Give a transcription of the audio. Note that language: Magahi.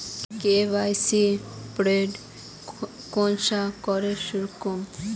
के.वाई.सी अपडेट कुंसम करे करूम?